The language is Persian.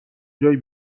جایی